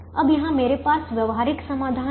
अब यहाँ मेरे पास व्यावहारिक समाधान है